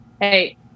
hey